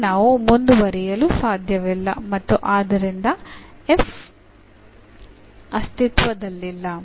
ಅಲ್ಲಿ ನಾವು ಮುಂದುವರಿಯಲು ಸಾಧ್ಯವಿಲ್ಲ ಮತ್ತು ಆದ್ದರಿಂದ ಅಂತಹ f ಅಸ್ತಿತ್ವದಲ್ಲಿಲ್ಲ